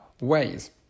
ways